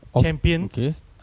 Champions